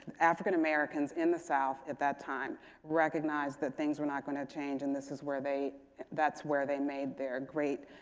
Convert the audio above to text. african americans in the south at that time recognized that things were not going to change and this is where they that's where they made their great